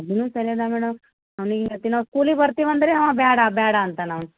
ಹ್ಞೂ ಕಲಿಯಲ್ಲ ಮೇಡಮ್ ಅವ್ನಿಗೆ ಇವತ್ತು ನಾವು ಸ್ಕೂಲಿಗೆ ಬರ್ತೀವಿ ಅಂದರೆ ಅವ ಬ್ಯಾಡ ಬ್ಯಾಡ ಅಂತಾನ ಅವ್ನು